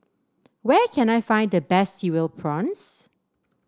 where can I find the best Cereal Prawns